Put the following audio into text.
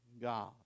God